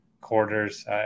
quarters